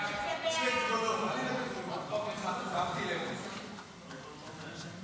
חוק החברות (תיקון מס' 37),